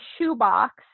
shoebox